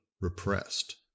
repressed